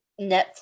netflix